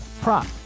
prop